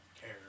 care